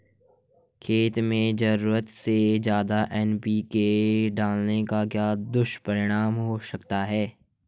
खेत में ज़रूरत से ज्यादा एन.पी.के डालने का क्या दुष्परिणाम हो सकता है?